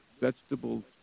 vegetables